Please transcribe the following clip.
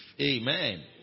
Amen